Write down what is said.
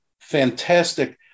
fantastic